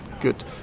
good